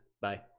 bye